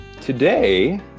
today